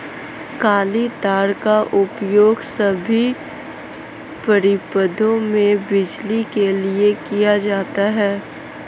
काली तार का उपयोग सभी परिपथों में बिजली के लिए किया जाता है